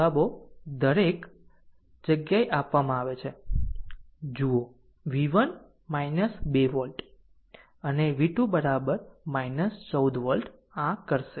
જવાબો દરેક જગ્યાએ આપવામાં આવે છે જુઓ v1 2 વોલ્ટ અને v2 14 વોલ્ટ આ કરશે